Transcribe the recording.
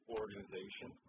organization